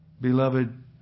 beloved